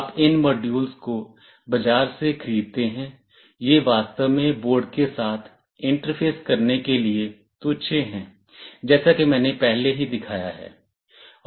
आप इन मॉड्यूलस को बाजार से खरीदते हैं ये वास्तव में बोर्ड के साथ इंटरफेस करने के लिए तुच्छ हैं जैसा कि मैंने पहले ही दिखाया है